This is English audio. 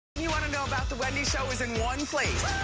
you wanna know about the wendy show is in one place.